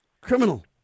criminal